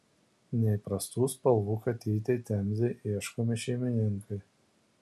neįprastų spalvų katytei temzei ieškomi šeimininkai